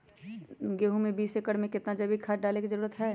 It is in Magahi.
गेंहू में बीस एकर में कितना जैविक खाद डाले के जरूरत है?